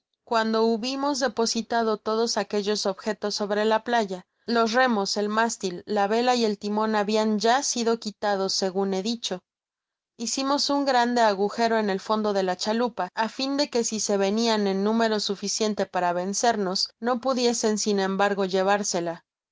cuando hubimos despositado todos aquellos objetos sobre la playa los remos el mástil la vela y el timon habian ya sido quitados segun he dicho hicimos un grande agujero en el fondo de la chalupa a fin de que si venian en número suficiente para vencernos no pudiesen sin embargo llevársela